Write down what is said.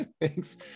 Thanks